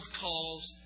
calls